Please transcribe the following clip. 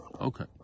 Okay